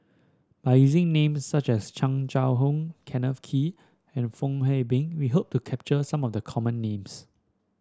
by using names such as Chan Chang How Kenneth Kee and Fong Hoe Beng we hope to capture some of the common names